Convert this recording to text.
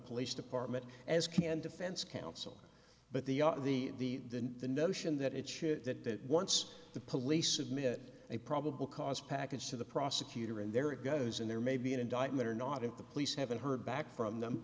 police department as can defense counsel but the the the the notion that it should that once the police submit a probable cause package to the prosecutor and there it goes in there may be an indictment or not if the police haven't heard back from them